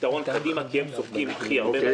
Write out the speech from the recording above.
פתרון קדימה כי הם סופגים הכי הרבה.